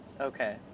Okay